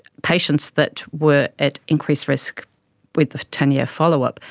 patients that were at increased risk with the ten year follow-up,